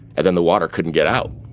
and then the water couldn't get out.